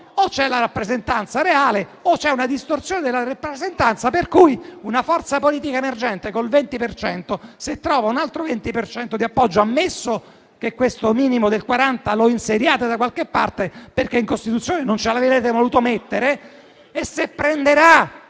o c'è la rappresentanza reale o c'è una distorsione della rappresentanza, per cui una forza politica emergente con il 20 per cento, se trova un altro 20 per cento di appoggio - ammesso che questo minimo del 40 lo inseriate da qualche parte, perché in Costituzione non ce l'avete voluto mettere - e se prenderà